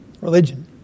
Religion